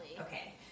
okay